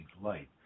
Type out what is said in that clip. light